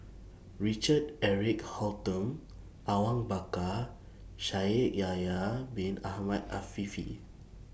Richard Eric Holttum Awang Bakar Shaikh Yahya Bin Ahmed Afifi